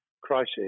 crisis